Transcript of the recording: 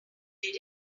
did